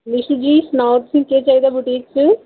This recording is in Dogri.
निशू जी सनाओ तुसें केह् चाहिदा वुटीक च